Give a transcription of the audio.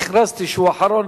אני הכרזתי שהוא אחרון,